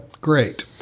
Great